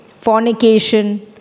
fornication